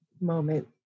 moment